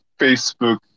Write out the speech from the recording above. Facebook